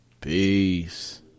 Peace